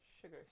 Sugar